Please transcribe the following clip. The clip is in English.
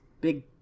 big